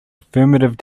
affirmative